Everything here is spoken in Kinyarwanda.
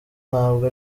ntabwo